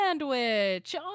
Sandwich